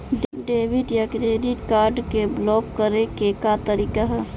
Debit या credit card block करे के का तरीका ह?